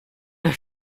der